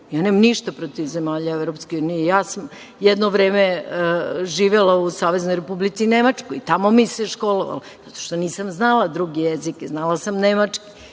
EU.Ja nemam ništa protiv zemalja EU. I ja sam jedno vreme živela u Saveznoj Republici Nemačkoj i tamo mi se školovalo, zato što nisam znala druge jezike. Znala sam nemački,